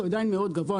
הוא עדיין מאוד גבוה,